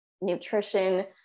nutrition